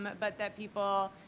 but but that people,